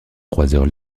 croiseur